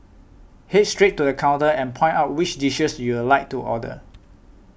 head straight to the counter and point out which dishes you'd like to order